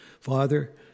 Father